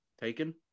taken